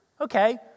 Okay